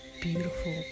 beautiful